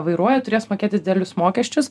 vairuoja turės mokėti didelius mokesčius